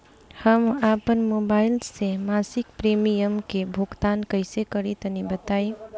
हम आपन मोबाइल से मासिक प्रीमियम के भुगतान कइसे करि तनि बताई?